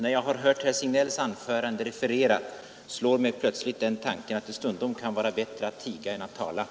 Sedan jag hört herr Signells anförande refererat slår mig plötsligt den tanken, att det kanske kan vara bättre att han tiger än att han talar.